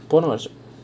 போன வருஷம்:pona varusham